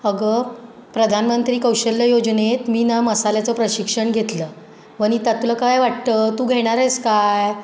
अगं प्रधानमंत्री कौशल्य योजनेत मी ना मसाल्याचं प्रशिक्षण घेतलं वनिता तुला काय वाटतं तू घेणार आहेस का